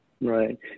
right